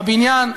הבניין,